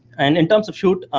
and in terms of shoot,